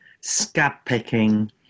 scab-picking